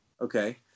Okay